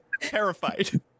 terrified